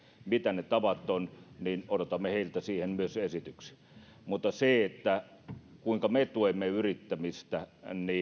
mitä ne tavat ovat siihen odotamme heiltä myös esityksiä mutta siihen kuinka me tuemme yrittämistä